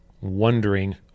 wondering